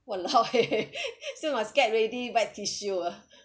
!walao! eh still must get ready buy tissue ah